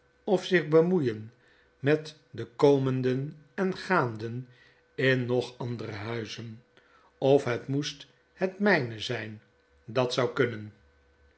of zich bemoeien met de komenden en gaanden in nog andere huizen of het moest het myne zyn datzoukunnen ik